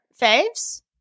faves